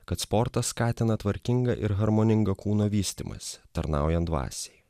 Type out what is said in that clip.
kad sportas skatina tvarkingą ir harmoningą kūno vystymąsi tarnaujant dvasiai